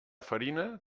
farina